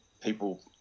people